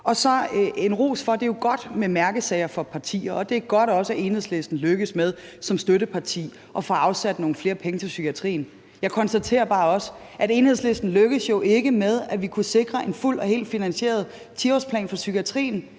er der en ros, for det er jo godt med mærkesager for partier, og det er også godt, at Enhedslisten som støtteparti lykkedes med at få afsat nogle flere penge til psykiatrien. Jeg konstaterer bare også, at Enhedslisten ikke lykkedes med, at vi kunne sikre en fuldt og helt finansieret 10-årsplan for psykiatrien.